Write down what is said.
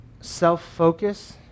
self-focus